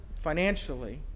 financially